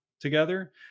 together